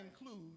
include